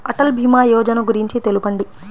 అటల్ భీమా యోజన గురించి తెలుపండి?